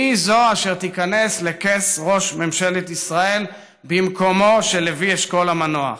שהיא זו אשר תיכנס לכס ראש ממשלת ישראל במקומו של לוי אשכול המנוח.